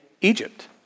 Egypt